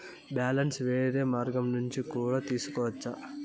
Balance వేరే మార్గం ద్వారా కూడా తెలుసుకొనొచ్చా?